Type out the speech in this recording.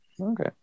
Okay